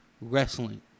wrestling